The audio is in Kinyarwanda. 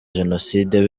jenoside